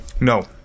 no